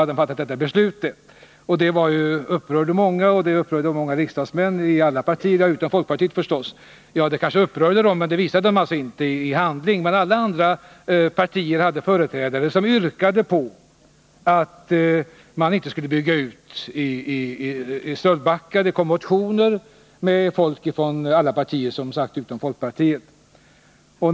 Det beslutet upprörde många, också många riksdagsmän -— ur alla partier, utom folkpartiet förstås. Ja, det kanske upprörde folkpartisterna också, men de visade det inte i handling. Företrädare för alla andra partier väckte motioner i vilka krävdes att man inte skulle bygga ut.